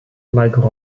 like